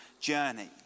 journey